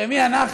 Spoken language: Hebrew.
הרי מי אנחנו